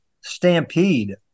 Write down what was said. stampede